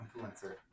influencer